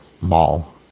mall